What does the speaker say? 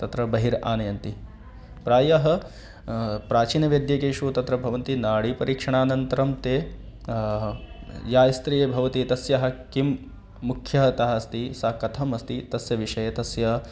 तत्र बहिरानयन्ति प्रायः प्राचीनवैद्येषु तत्र भवन्ति नाडीपरीक्षणानन्तरं ते या स्त्री भवति तस्याः किं मुख्यः तः अस्ति सा कथम् अस्ति तस्याः विषये तस्याः